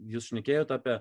jūs šnekėjot apie